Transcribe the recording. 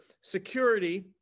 security